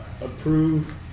approve